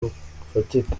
bufatika